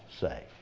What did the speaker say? say